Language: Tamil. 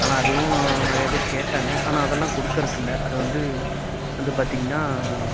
ஆனால் அதுவும் நிறைய பேர் கேட்டாங்க ஆனால் அதெல்லாம் கொடுக்கறக்கு இல்லை அது வந்து வந்து பார்த்தீங்கன்னா